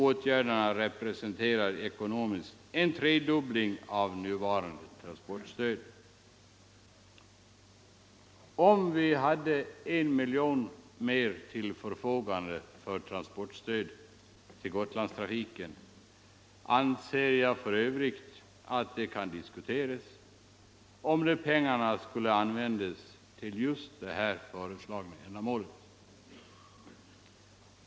Åtgärderna representerar ekonomiskt en tredubbling av nuvarande transportstöd. Om vi hade en miljon kronor mera till förfogande för transportstöd till Gotlandstrafiken anser jag för övrigt att det kan diskuteras om de pengarna skulle användas till just det här föreslagna ändamålet.